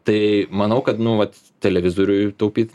tai manau kad nu vat televizoriui taupyt